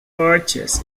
perches